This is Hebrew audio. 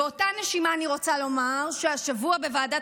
באותה נשימה אני רוצה לומר שהשבוע בוועדת